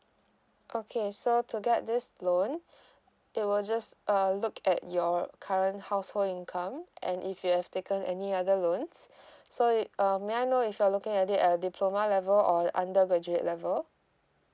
okay so to get this loan it will just uh look at your current household income and if you've taken any other loans so it um may I know if you're looking at it at a diploma level or undergraduate level